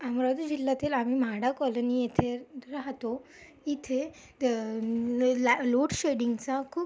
अमरावती जिल्ह्यातील आम्ही म्हाडा कॉलनी येथे राहतो इथे ल्या लो लोडशेडिंगचा खूप